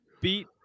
beat